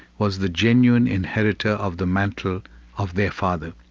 was the genuine inheritor of the mantle of their father,